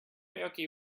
karaoke